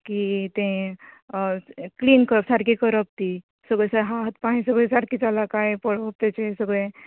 की ते क्लीन कर सारके करप ती सगळे हात पांय सगळे सारके जाला काय पळोवप तेचे सगळे